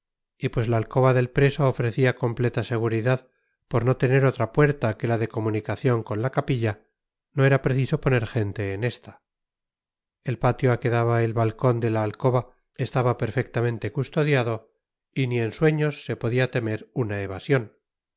y pues la alcoba del preso ofrecía completa seguridad por no tener otra puerta que la de comunicación con la capilla no era preciso poner gente en esta el patio a que daba el balcón de la alcoba estaba perfectamente custodiado y ni en sueños se podía temer una evasión